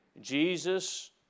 Jesus